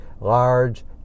large